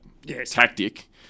tactic